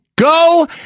Go